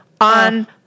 on